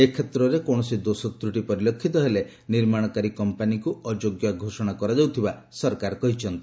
ଏ କ୍ଷେତ୍ରରେ କୌଣସି ଦୋଷତ୍ରଟି ପରିଲକ୍ଷିତ ହେଲେ ନିର୍ମାଣକାରୀ କମ୍ପାନିକୁ ଅଯୋଗ୍ୟ ଘୋଷଣା କରାଯାଉଥିବା ସରକାର କହିଛନ୍ତି